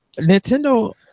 Nintendo